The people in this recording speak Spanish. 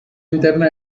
interna